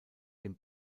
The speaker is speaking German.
dem